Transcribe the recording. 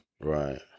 Right